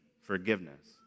forgiveness